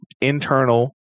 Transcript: internal